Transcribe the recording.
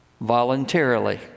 voluntarily